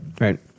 Right